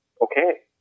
okay